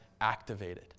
activated